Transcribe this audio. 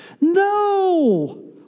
No